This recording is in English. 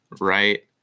right